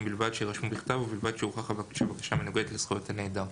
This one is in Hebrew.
ובלבד שיירשמו בכתב ובלבד שהוכח שהבקשה מנוגדת לזכויות הנעדר.